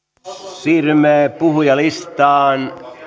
siirrymme puhujalistaan